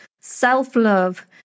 self-love